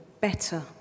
better